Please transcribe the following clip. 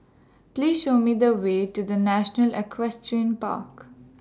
Please Show Me The Way to The National Equestrian Park